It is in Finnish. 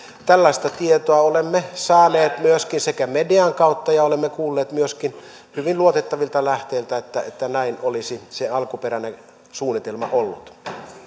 tällaista tietoa olemme saaneet median kautta ja olemme kuulleet myöskin hyvin luotettavilta lähteiltä että että näin olisi se alkuperäinen suunnitelma ollut